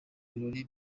birori